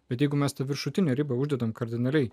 bet jeigu mes to viršutinę ribą uždedame kardinaliai